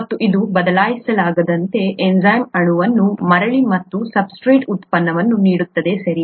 ಮತ್ತು ಇದು ಬದಲಾಯಿಸಲಾಗದಂತೆ ಎನ್ಝೈಮ್ ಅಣುವನ್ನು ಮರಳಿ ಮತ್ತು ಸಬ್ಸ್ಟ್ರೇಟ್ ಉತ್ಪನ್ನವನ್ನು ನೀಡುತ್ತದೆ ಸರಿ